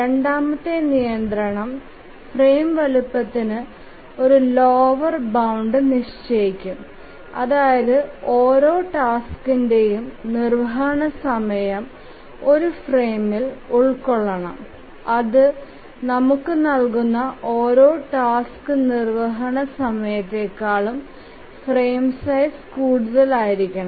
രണ്ടാമത്തെ നിയന്ത്രണം ഫ്രെയിം വലുപ്പത്തിന് ഒരു ലോവർ ബൌണ്ട് നിശ്ചയിക്കും അതായത് ഓരോ ടാസ്കിന്റെയും നിർവ്വഹണ സമയം ഒരു ഫ്രെയിമിൽ ഉൾക്കൊള്ളണം അത് നമുക്ക് നൽകുന്ന ഓരോ ടാസ്ക് നിർവ്വഹണ സമയത്തേക്കാളും ഫ്രെയിം സൈസ് കൂടുതലായിരിക്കണം